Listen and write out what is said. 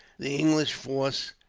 the english force